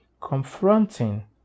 confronting